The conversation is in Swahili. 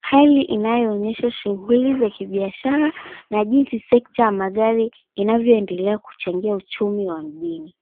hali inayoonyesha shughuli za kibiashara na jinsi sekta ya magari inavyoendelea kuchangia uchumi wa mjini.